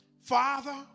Father